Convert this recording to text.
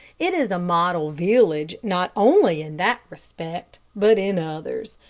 it is a model village not only in that respect, but in others.